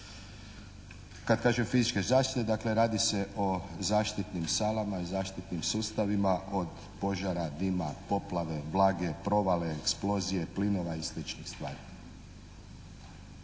Kad kažem fizičke zaštite dakle radi se o zaštitnim salama, zaštitnim sustavima od požara, dima, poplave, vlage, provale, eksplozije, plinova i sličnih stvari.